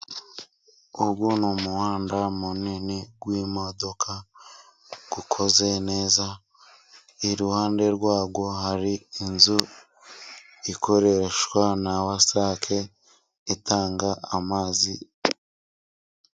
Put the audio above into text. Uyu ni umuhanda munini w'imodoka ukoze neza. Iruhande rwawo hari inzu ikoreshwa na wasake itanga amazi.